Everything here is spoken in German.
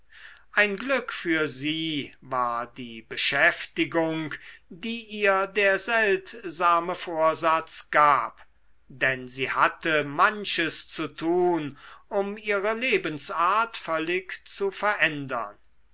ein glück für sie war die beschäftigung die ihr der seltsame vorsatz gab denn sie hatte manches zu tun um ihre lebensart völlig zu verändern